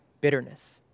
bitterness